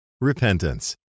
repentance